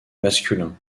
masculin